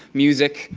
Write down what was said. music,